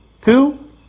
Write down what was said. two